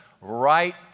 right